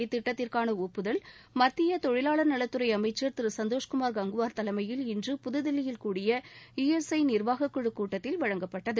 இத்திட்டத்திற்கான ஒப்புதல் மத்திய தொழிலாளர் நலத்துறை அமைச்சர் திரு சந்தோஷ் கங்குவார் தலைமையில் இன்று புதுதில்லியில் கூடிய ஈஎஸ்ஐ நிர்வாகக் குழுக் கூட்டத்தில் வழங்கப்பட்டது